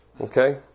Okay